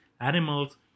animals